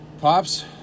Pops